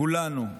כולנו,